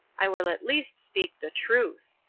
i will at least speak the truth.